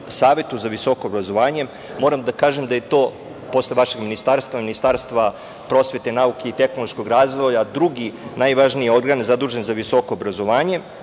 savetu za visoko obrazovanje moram da kažem da je to posle vašeg ministarstva, Ministarstva prosvete, nauke i tehnološkog razvoja drugi najvažniji organ zadužen za visoko obrazovanje